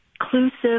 inclusive